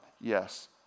Yes